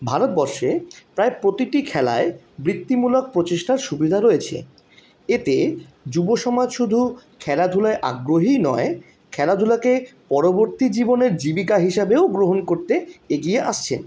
ভারতবর্ষে প্রায় প্রতিটি খেলায় বৃত্তিমূলক প্রচেষ্টার সুবিধা রয়েছে এতে যুবসমাজ শুধু খেলাধুলায় আগ্রহীই নয় খেলাধুলাকে পরবর্তী জীবনের জীবিকা হিসাবেও গ্রহণ করতে এগিয়ে আসছে